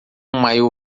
maiô